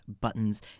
buttons